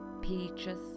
peaches